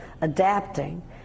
adapting